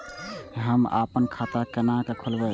हम आपन खाता केना खोलेबे?